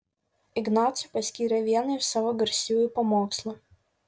ignacui paskyrė vieną iš savo garsiųjų pamokslų